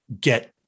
get